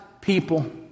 people